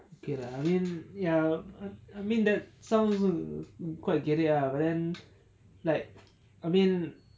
okay lah I mean ya I mean the also quite gerek lah but then like I mean